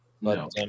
no